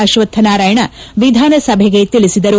ಅಶ್ವತ್ವನಾರಾಯಣ ವಿಧಾನಸಭೆಗೆ ತಿಳಿಸಿದರು